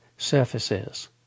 Surfaces